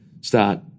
start